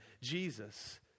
Jesus